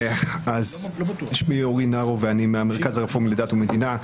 אני מהמרכז הרפורמי לדת ומדינה,